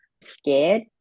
scared